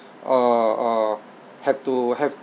uh uh have to have